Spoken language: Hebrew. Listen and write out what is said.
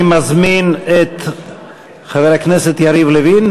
אני מזמין את חבר הכנסת יריב לוין